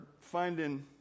finding